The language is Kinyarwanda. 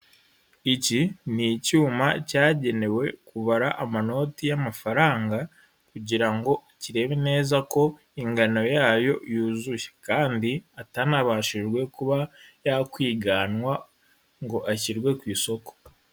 Iki ni icyuma cyagenewe kubara amanoti y'amafaranga kugira ngo kirebe neza ko ingano yayo yuzuye kandi atanabashijwe kuba yakwiganwa ngo ashyirwe ku isoko.